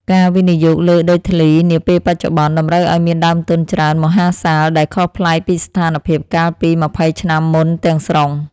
ការវិនិយោគលើដីធ្លីនាពេលបច្ចុប្បន្នតម្រូវឱ្យមានដើមទុនច្រើនមហាសាលដែលខុសប្លែកពីស្ថានភាពកាលពីម្ភៃឆ្នាំមុនទាំងស្រុង។